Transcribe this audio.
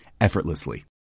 effortlessly